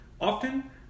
Often